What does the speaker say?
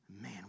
Man